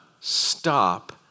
stop